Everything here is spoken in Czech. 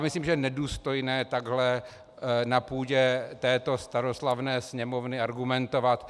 Myslím, že je nedůstojné takhle na půdě této staroslavné Sněmovny argumentovat.